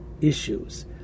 issues